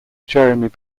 jeremy